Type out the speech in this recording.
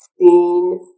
seen